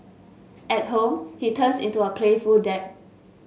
at home he turns into a playful dad